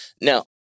Now